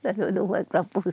I don't know what kerapu